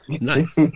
Nice